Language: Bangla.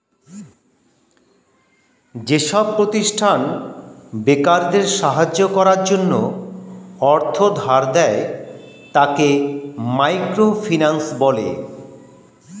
যেসব প্রতিষ্ঠান বেকারদের সাহায্য করার জন্য অর্থ ধার দেয়, তাকে মাইক্রো ফিন্যান্স বলে